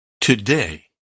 today